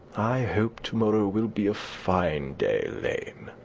i hope to-morrow will be a fine day, lane.